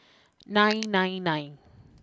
nine nine nine